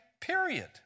period